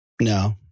No